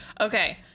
Okay